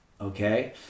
Okay